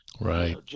Right